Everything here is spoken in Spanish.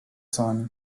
sony